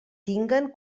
tinguen